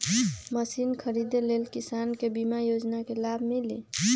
Machine खरीदे ले किसान के बीमा योजना के लाभ मिली?